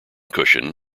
cushion